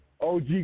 OG